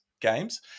games